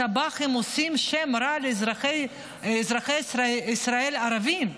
השב"חים עושים שם רע לאזרחי ישראל הערבים,